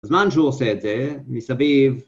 בזמן שהוא עושה את זה, מסביב...